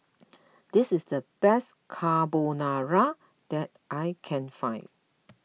this is the best Carbonara that I can find